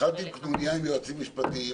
התחלת עם קנוניה עם יועצים משפטיים,